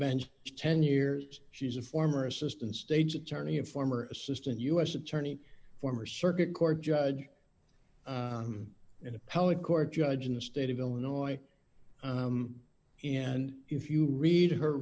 bench ten years she's a former assistant state's attorney and former assistant u s attorney former circuit court judge an appellate court judge in the state of illinois and if you read her